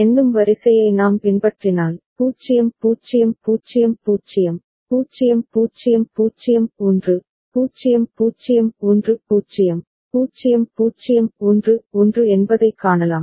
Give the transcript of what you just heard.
எண்ணும் வரிசையை நாம் பின்பற்றினால் 0 0 0 0 0 0 0 1 0 0 1 0 0 0 1 1 என்பதைக் காணலாம்